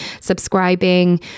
subscribing